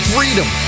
Freedom